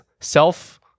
self